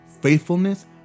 faithfulness